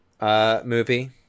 movie